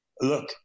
look